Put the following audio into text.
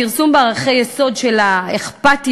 הכרסום בערכי יסוד של אכפתיות,